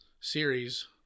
series